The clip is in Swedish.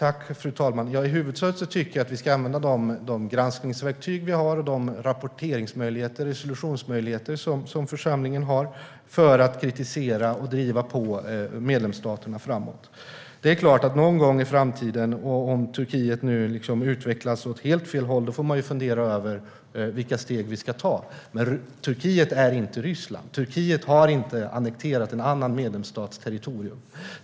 Fru talman! I huvudsak tycker jag att vi ska använda de granskningsverktyg, rapporteringsmöjligheter och resolutionsmöjligheter som församlingen har för att kritisera och driva medlemsstaterna framåt. Någon gång i framtiden - om Turkiet nu utvecklas åt helt fel håll - får vi väl fundera över vilka steg vi ska ta. Men Turkiet är inte Ryssland. Turkiet har inte annekterat en annan medlemsstats territorium.